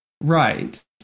Right